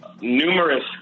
numerous